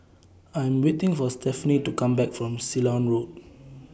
I Am waiting For Stephani to Come Back from Ceylon Road